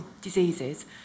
diseases